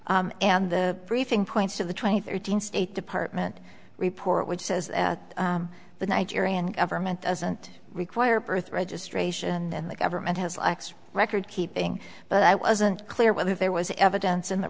license and the briefing points to the twenty thirteen state department report which says the nigerian government doesn't require birth registration and the government has a record keeping but i wasn't clear whether there was evidence in the